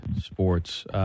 sports